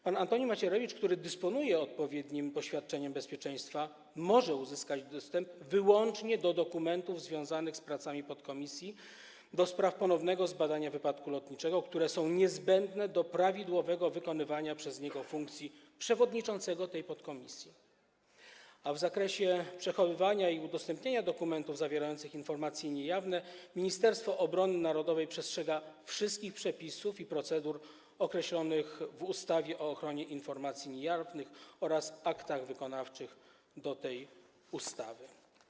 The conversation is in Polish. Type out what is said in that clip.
Pan Antoni Macierewicz, który dysponuje odpowiednim poświadczeniem bezpieczeństwa, może uzyskać dostęp wyłącznie do dokumentów związanych z pracami podkomisji do spraw ponownego zbadania wypadku lotniczego, które są niezbędne do prawidłowego wykonywania przez niego funkcji przewodniczącego tej podkomisji, a w zakresie przechowywania i udostępniania dokumentów zawierających informacje niejawne Ministerstwo Obrony Narodowej przestrzega wszystkich przepisów i procedur określonych w ustawie o ochronie informacji niejawnych oraz aktach wykonawczych do tej ustawy.